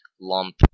lump